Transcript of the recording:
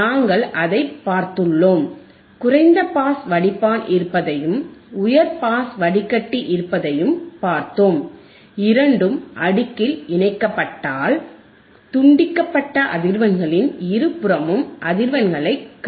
நாங்கள் அதை பார்த்துள்ளோம் குறைந்த பாஸ் வடிப்பான் இருப்பதையும் உயர் பாஸ்ட் வடிகட்டி இருப்பதையும் பார்த்தோம் இரண்டும் அடுக்கில் இணைக்கப்பட்டால் துண்டிக்கப்பட்ட அதிர்வெண்களின் இருபுறமும் அதிர்வெண்களைக் கடத்த முடியும்